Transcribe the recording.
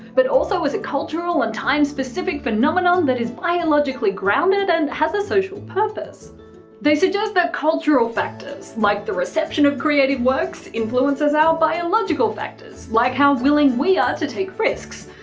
but also as a cultural and time-specific phenomenon that is biologically grounded and has a social purpose they suggest that cultural factors, like the reception of creative works, influences our biological factors, like how willing we are to take risks.